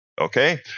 Okay